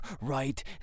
right